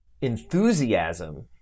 enthusiasm